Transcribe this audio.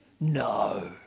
No